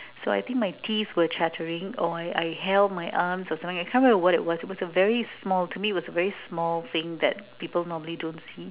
so I think my teeth were chattering or I I held my arms or something like that can't remember what it was to me it was a very small it was a small thing that people normally don't see